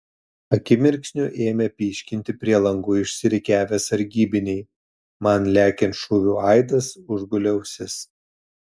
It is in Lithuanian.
akimirksniu ėmė pyškinti prie langų išsirikiavę sargybiniai man lekiant šūvių aidas užgulė ausis